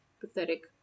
pathetic